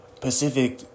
Pacific